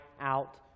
out